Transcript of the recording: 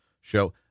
show